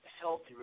healthy